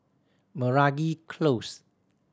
Meragi Close